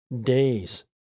days